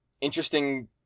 interesting